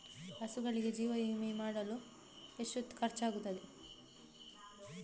ಹಸುಗಳಿಗೆ ಜೀವ ವಿಮೆ ಮಾಡಲು ಎಷ್ಟು ಖರ್ಚಾಗುತ್ತದೆ?